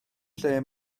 lle